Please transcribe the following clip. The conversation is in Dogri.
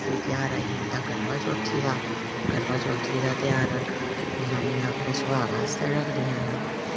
फ्ही ध्यार आई जंदा करवाचौथी दा करवाचौथी दा ध्यार जनानियां अपने सुहाग आस्तै रखदियां न